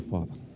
Father